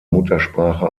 muttersprache